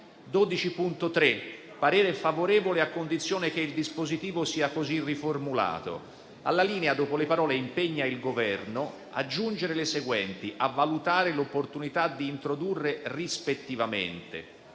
G12.3 è accolto a condizione che il dispositivo sia così riformulato: dopo le parole «impegna il Governo» aggiungere le seguenti: «a valutare l'opportunità di introdurre rispettivamente»;